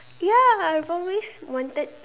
ya I've always wanted